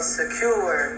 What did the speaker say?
secure